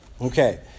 Okay